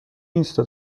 اینستا